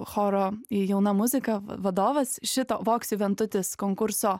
choro jauna muzika va vadovas šito voks juventutis konkurso